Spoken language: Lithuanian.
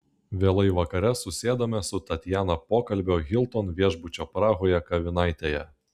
vėlai vakare susėdame su tatjana pokalbio hilton viešbučio prahoje kavinaitėje